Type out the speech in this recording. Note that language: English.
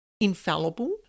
infallible